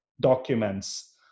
documents